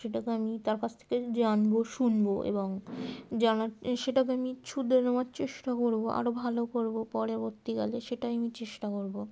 সেটাকে আমি তার কাছ থেকে জানব শুনব এবং জানার সেটাকে আমি শুধরে নেওয়ার চেষ্টা করব আরও ভালো করব পরবর্তীকালে সেটাই আমি চেষ্টা করব